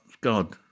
god